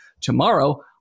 tomorrow